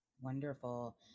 Wonderful